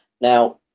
now